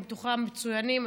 אני בטוחה המצוינים.